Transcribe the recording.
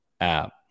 app